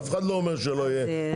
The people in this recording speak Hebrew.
אף אחד לא אומר שלא יהיה סימון.